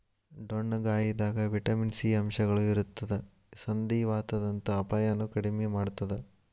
ಡೊಣ್ಣಗಾಯಿದಾಗ vitamin C ಅಂಶಗಳು ಇರತ್ತದ ಸಂಧಿವಾತದಂತ ಅಪಾಯನು ಕಡಿಮಿ ಮಾಡತ್ತದ